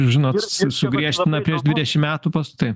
žinot su sugriežtina prieš dvidešimt metų pas taip